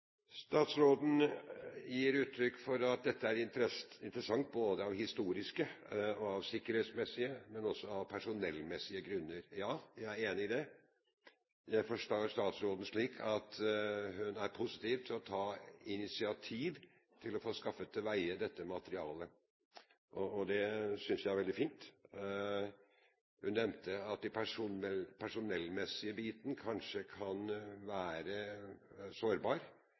Statsråden gir uttrykk for at dette er interessant både av historiske, av sikkerhetsmessige og også av personellmessige grunner. Jeg er enig i det. Jeg forstår statsråden slik at hun er positiv til å ta initiativ for å skaffe til veie dette materialet. Det synes jeg er veldig fint. Hun nevnte at den personellmessige biten kanskje kan være sårbar.